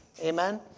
Amen